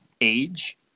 age